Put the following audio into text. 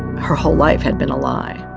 her whole life had been a lie